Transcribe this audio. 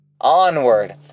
Onward